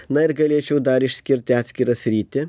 na ir galėčiau dar išskirti atskirą sritį